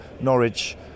Norwich